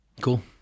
Cool